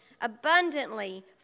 abundantly